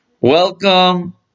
welcome